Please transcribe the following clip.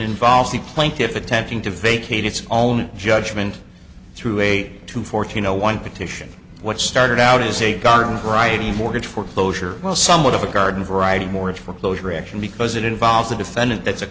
involves the plaintiffs attempting to vacate its own judgment through a two fourteen zero one petition what started out as a garden variety mortgage foreclosure well somewhat of a garden variety mortgage foreclosure action because it involves a defendant that's a